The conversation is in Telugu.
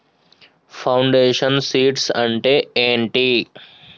ఫౌండేషన్ సీడ్స్ అంటే ఏంటి?